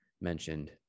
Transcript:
mentioned